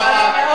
(חבר הכנסת מיכאל בן-ארי יוצא מאולם המליאה.) ואני מאוד